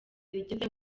rigeze